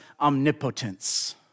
omnipotence